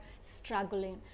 struggling